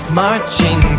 marching